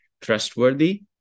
trustworthy